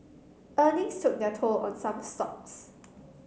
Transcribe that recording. earnings took their toll on some stocks